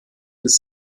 des